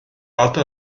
altı